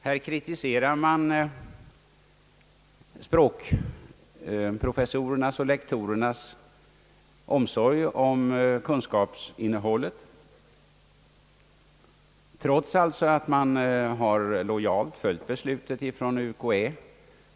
Här kritiserar studenterna språkprofessorernas och lektorernas omsorger om kunskapsinnehållet trots att dessa lojalt har följt beslutet från UKÄ.